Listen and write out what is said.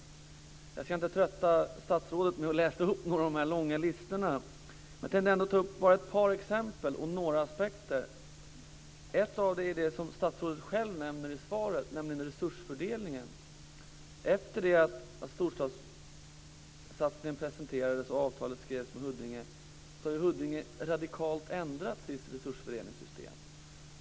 Jag ska inte trötta statsrådet med att läsa upp från de långa listorna men jag tänker ta upp ett par exempel och några aspekter. Ett exempel gäller det som statsrådet själv nämner i sitt svar, nämligen resursfördelningen. Efter det att storstadssatsningen presenterades och avtal skrevs med Huddinge har Huddinge radikalt ändrat sitt resursfördelningssystem.